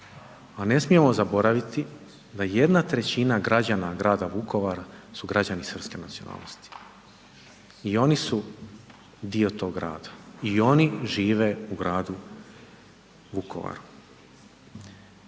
a ne smijemo zaboraviti da jedna trećina građana grada Vukovara su građani srpske nacionalnosti i oni su dio tog grada i oni žive u gradu Vukovaru.